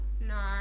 No